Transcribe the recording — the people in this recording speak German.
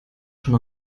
schon